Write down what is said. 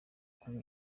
kuri